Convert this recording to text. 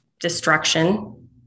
destruction